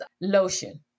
lotion